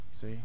see